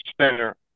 center